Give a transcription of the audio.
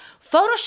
photoshop